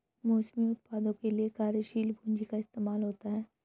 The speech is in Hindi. मौसमी उत्पादों के लिये कार्यशील पूंजी का इस्तेमाल होता है